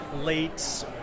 late